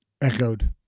echoed